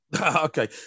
Okay